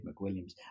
McWilliams